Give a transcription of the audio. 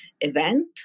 event